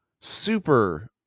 Super